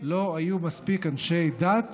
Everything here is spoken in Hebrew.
לא היו מספיק אנשי דת